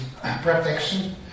protection